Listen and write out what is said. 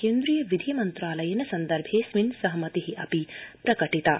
केन्द्रीय विधि मन्त्रालयेन सन्दर्भेंऽस्मिन् सहमति अपि प्रकटिता